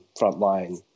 frontline